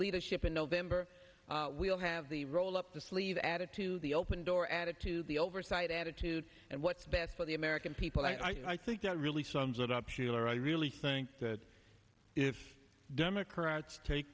leadership in november we'll have the roll up the sleeves added to the open door attitude the oversight attitude and what's best for the american people that i think that really sums it up sheeler i really think that if democrats take